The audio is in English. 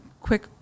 quick